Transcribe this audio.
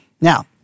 Now